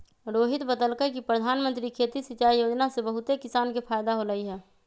रोहित बतलकई कि परधानमंत्री खेती सिंचाई योजना से बहुते किसान के फायदा होलई ह